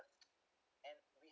and we have